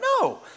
No